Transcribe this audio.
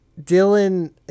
Dylan